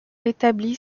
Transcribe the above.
établit